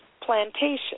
plantation